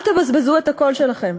אל תבזבזו את הקול שלכם.